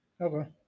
okay